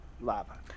Lava